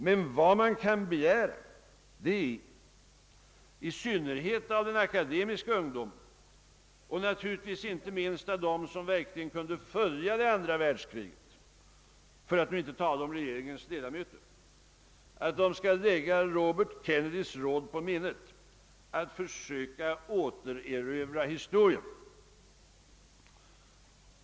Men vad man kan begära är, i synnerhet av en akademisk ungdom och naturligtvis inte minst av dem som verkligen kunde följa det andra världskriget, för att nu inte tala om regeringens ledamöter, att de skall lägga Robert Kennedys råd på minnet att försöka »återerövra historien».